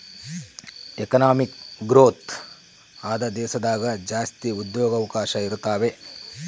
economic growth ಆದ ದೇಶದಾಗ ಜಾಸ್ತಿ ಉದ್ಯೋಗವಕಾಶ ಇರುತಾವೆ